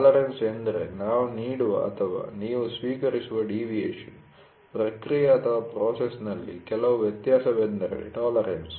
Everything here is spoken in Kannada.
ಟಾಲರೆನ್ಸ್ ಎಂದರೆ ನಾವು ನೀಡುವ ಅಥವಾ ನಾವು ಸ್ವೀಕರಿಸುವ ಡಿವಿಯೇಷನ್ ಪ್ರಕ್ರಿಯೆಪ್ರಾಸೆಸ್'ನಲ್ಲಿ ಕೆಲವು ವ್ಯತ್ಯಾಸವೆಂದರೆ ಟಾಲರೆನ್ಸ್